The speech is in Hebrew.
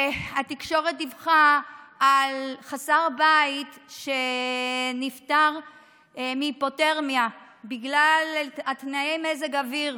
התקשורת דיווחה על חסר בית שנפטר מהיפותרמיה בגלל תנאי מזג האוויר,